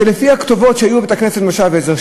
שלפי הכתובות שהיו בבית-הכנסת במושב עזר,